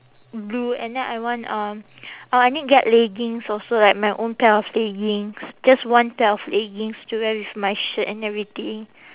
blue and then I want uh uh I need get leggings like my own pair of leggings just one pair of leggings to wear with my shirt and everything